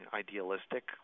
idealistic